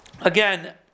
Again